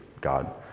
god